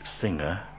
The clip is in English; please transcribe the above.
singer